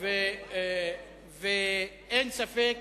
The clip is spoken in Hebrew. ואין ספק